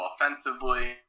offensively